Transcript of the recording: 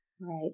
Right